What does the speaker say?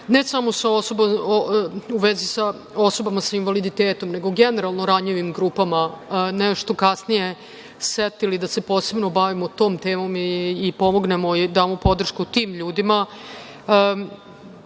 ne samo u vezi sa osobama sa invaliditetom, nego generalno ranjivim grupama, kasnije setili da se posebno bavimo tom temom i pomognemo i damo podršku tim ljudima. Hvala